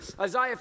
Isaiah